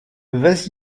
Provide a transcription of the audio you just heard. vas